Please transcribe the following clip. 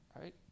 Right